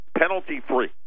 penalty-free